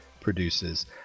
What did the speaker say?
produces